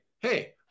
Hey